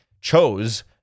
chose